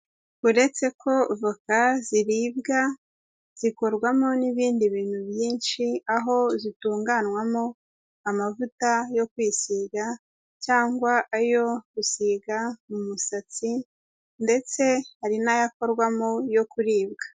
Uretse ko voka ziribwa zikorwamo n'ibindi bintu byinshi, aho zitunganywamo amavuta yo kwisiga cyangwa ayo gusiga mu musatsi ndetse hari n'ayakorwamo yo kuribwa.